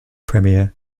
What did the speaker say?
premier